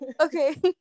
okay